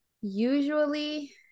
usually